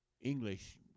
English